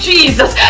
Jesus